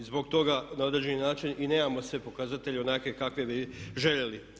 Zbog toga na određeni način i nemamo sve pokazatelje onakve kakve bi željeli.